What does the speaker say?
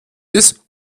ist